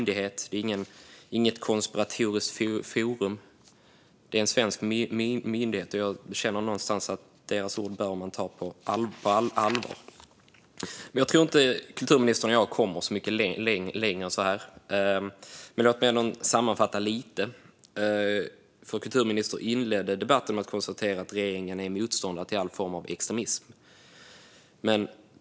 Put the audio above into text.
Det här är en svensk myndighet och inget konspiratoriskt forum. Deras ord bör man ta på allvar. Jag tror inte att kulturministern och jag kommer så mycket längre än så här. Låt mig ändå göra en liten sammanfattning. Kulturministern inledde debatten med att konstatera att regeringen är motståndare till all form av extremism.